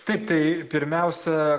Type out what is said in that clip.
taip tai pirmiausia